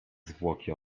zwłoki